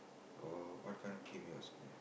oh what kind of game you asking me